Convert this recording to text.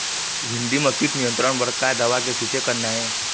भिंडी म कीट नियंत्रण बर का दवा के छींचे करना ये?